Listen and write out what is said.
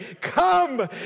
Come